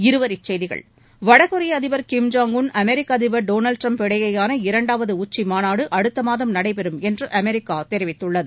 இருவரிச்செய்திகள் வடகொரிய அதிபர் கிம் ஜாங் உன் அமெரிக்க அதிபர் டொனால்ட் ட்ரம்ப் இடையேயான இரண்டாவது உச்சி மாநாடு அடுத்த மாதம் நடைபெறும் என்று அமெரிக்கா தெரிவித்துள்ளது